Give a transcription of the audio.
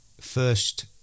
first